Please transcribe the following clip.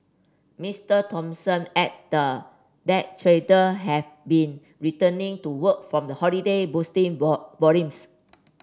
Mister Thompson added that trader have been returning to work from the holiday boosting volumes